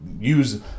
use